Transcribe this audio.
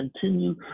continue